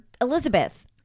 Elizabeth